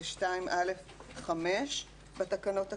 זה (2א5) בתקנות הקיימות,